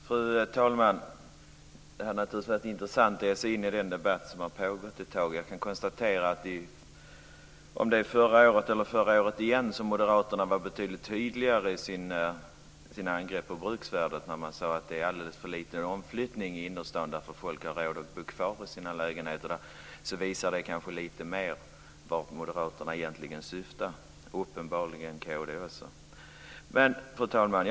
Fru talman! Det hade naturligtvis varit intressant att ge sig in i den debatt som har pågått ett tag. Jag kan konstatera att moderaterna förra året var betydligt tydligare i sina angrepp på bruksvärdet, när de sade att det är alldeles för liten omflyttning i innerstaden när folk har råd att bo kvar i sina lägenheter. Det visar kanske lite mer vart moderaterna egentligen syftar, och uppenbarligen också kd. Fru talman!